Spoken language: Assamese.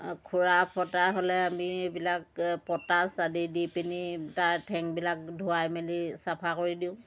খোৰা ফটা হ'লে আমি এই বিলাক প'টাছ আদি দি পিনি তাৰ ঠেং বিলাক ধুৱাই মেলি চাফা কৰি দিওঁ